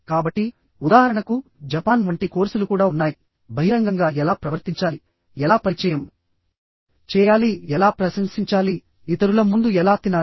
కాబట్టిఉదాహరణకు Japan వంటి కోర్సులు కూడా ఉన్నాయి బహిరంగంగా ఎలా ప్రవర్తించాలిఎలా పరిచయం చేయాలిఎలా ప్రశంసించాలి ఇతరుల ముందు ఎలా తినాలి